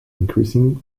increasing